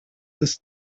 ist